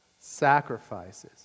sacrifices